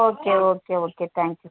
okay okay okay thank you sir